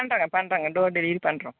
பண்ணுறேங்க பண்ணுறேங்க door delivery பண்ணுறோம்